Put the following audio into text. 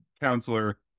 counselor